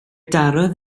darodd